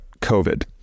COVID